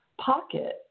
pocket